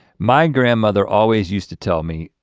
my grandmother always used to tell me,